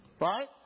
Right